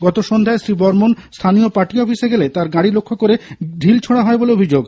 গত সন্ধ্যায় শ্রী বর্মন স্হানীয় পার্টি অফিসে গেলে তাঁর গাড়ি লক্ষ্য করে ঢিল ছোঁড়া হয় বলে অভিযোগ